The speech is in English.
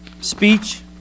speech